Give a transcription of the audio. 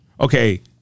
okay